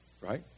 right